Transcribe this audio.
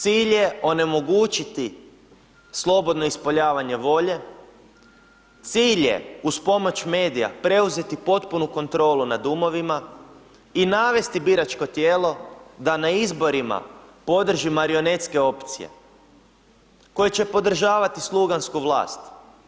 Cilj je onemogućiti slobodno ispoljavanje volje, cilj je uz pomoć medija preuzeti potpunu kontrolu nad umovima i navesti biračko tijelo da na izborima podrži marionetske opcije koje će podržavati slugansku vlast.